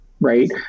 Right